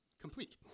complete